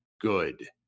good